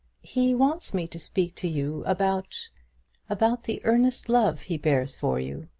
he wants me to speak to you about about the earnest love he bears for you.